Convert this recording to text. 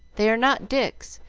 they are not dics,